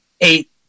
eight